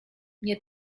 nie